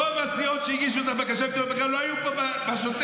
רוב הסיעות שהגישו את הבקשה בכלל לא היו פה בשוטף.